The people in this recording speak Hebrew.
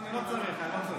אני לא צריך, אני לא צריך.